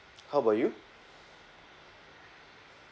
how about you